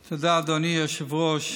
תודה, אדוני היושב-ראש.